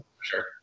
sure